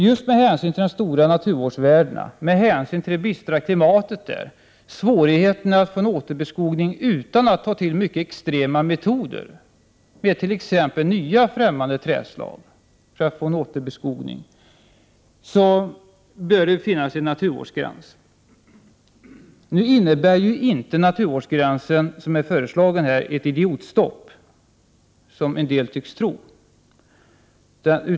Just med hänsyn till det stora naturvårdsvärdet, det bistra klimatet i de aktuella områdena och svårigheterna när det gäller att åstadkomma en återbeskogning utan att mycket extrema metoder behöver tas till — jag tänker då på införandet av nya och främmande trädslag för att åstadkomma en återbeskogning — bör det finnas en naturvårdsgräns. Den föreslagna naturvårdsgränsen innebär inte ett idiotstopp, som en del tycks tro.